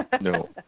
no